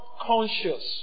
conscious